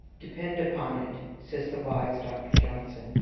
depend upon it, said the wise dr. johnson,